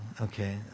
Okay